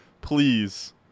Please